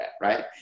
right